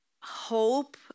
hope